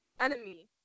Enemy